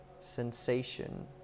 sensation